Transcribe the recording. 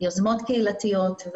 יוזמות קהילתיות.